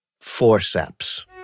forceps